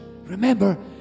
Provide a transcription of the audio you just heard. Remember